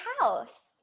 house